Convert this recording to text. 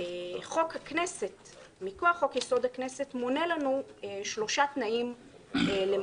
חוק הכנסת מכוח חוק יסוד: הכנסת מונה לנו שלושה תנאים להתפלגות